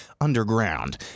underground